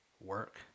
work